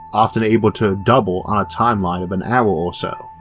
often able to double on a timeline of an hour or so.